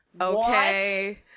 okay